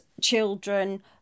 children